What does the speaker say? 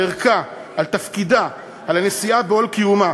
על ערכה, על תפקידה, על הנשיאה בעול קיומה.